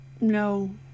no